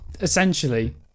essentially